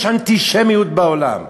יש אנטישמיות בעולם.